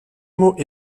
mot